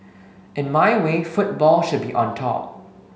in my way football should be on top